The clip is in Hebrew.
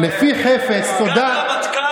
אני אגיד לך את העובדות.